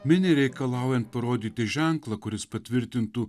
miniai reikalaujan parodyti ženklą kuris patvirtintų